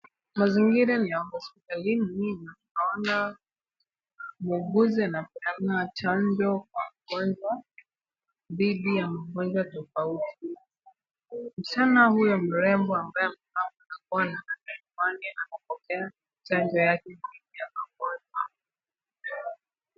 Mazingira ni ya hostalini. Tunaona muuguzi anapeana chanjo mgonjwa dhidi ya magonjwa tofauti. Msichana huyo mrembo ambaye amevaa barakoa na miwani anapokea chanjo yake dhidi ya magonjwa.